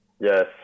yes